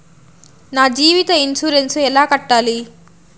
నా జీవిత ఇన్సూరెన్సు ఎలా కట్టాలి?